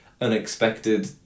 unexpected